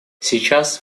сейчас